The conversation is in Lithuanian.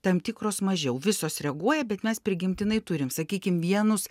tam tikros mažiau visos reaguoja bet mes prigimtinai turim sakykim vienus